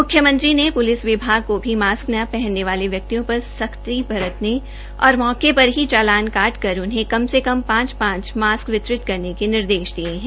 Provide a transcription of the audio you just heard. मुख्यमंत्री ने पुलिस विभाग को भी मास्क न पहनने वाले व्यक्तियों पर सख्ती बरतने तथा मौके पर ही चालान काट कर उन्हें कम से कम पांच पांच मास्क वितरित करने के निर्देश दिये है